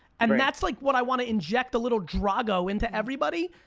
and that's like what i wanna inject a little drago into everybody.